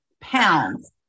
pounds